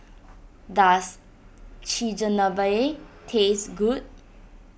does Chigenabe taste good